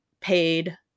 paid